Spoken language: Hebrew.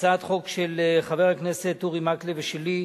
הצעת חוק של חבר הכנסת אורי מקלב ושלי,